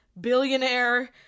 billionaire